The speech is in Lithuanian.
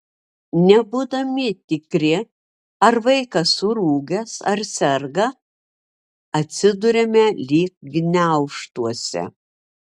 nebūdami tikri ar vaikas surūgęs ar serga atsiduriame lyg gniaužtuose